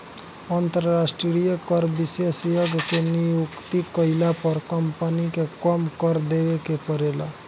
अंतरास्ट्रीय कर विशेषज्ञ के नियुक्ति कईला पर कम्पनी के कम कर देवे के परेला